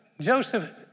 Joseph